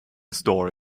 store